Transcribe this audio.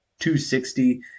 260